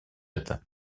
это